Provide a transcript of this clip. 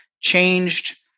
changed